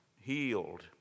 healed